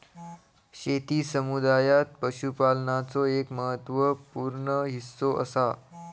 शेती समुदायात पशुपालनाचो एक महत्त्व पूर्ण हिस्सो असा